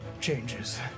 changes